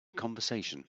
conversation